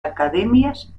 academias